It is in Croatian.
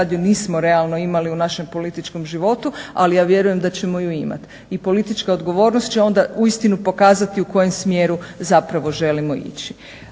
nismo realno imali u našem političkom životu ali ja vjerujem da ćemo ju imati i politička odgovornost će uistinu pokazati u kojem smjeru zapravo želimo ići.